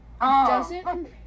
doesn't-